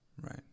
Right